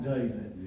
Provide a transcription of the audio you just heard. David